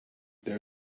there